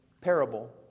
parable